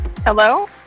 Hello